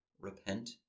repent